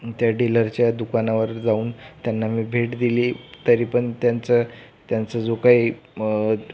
त्या डीलरच्या दुकानावर जाऊन त्यांना मी भेट दिली तरी पण त्यांचं त्यांचं जे काही मत